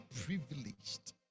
privileged